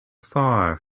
far